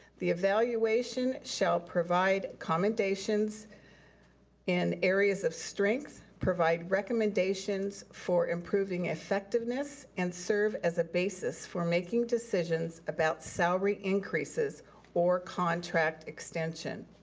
the evaluation shall provide commendations in areas of strength, provide recommendations for improving effectiveness and serve as a basis for making decisions about salary increases or contract extension.